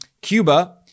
Cuba